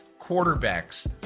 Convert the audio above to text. quarterbacks